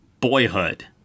Boyhood